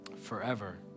forever